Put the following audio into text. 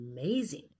amazing